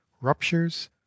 ruptures